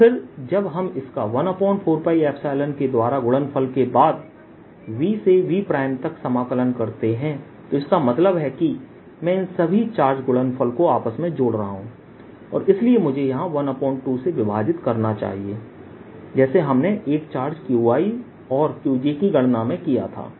और फिर जब हम इसका 14π0के द्वारा गुणनफल के बाद v से v' तक समाकलन करते हैं तो इसका मतलब है कि मैं इन सभी चार्ज गुणनफल को आपस जोड़ रहा हूं और इसलिए मुझे यहां ½ से विभाजित करना चाहिए जैसे हमने एक चार्ज Qi और Qj की गणना में किया था